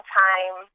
time